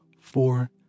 Four